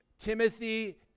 Timothy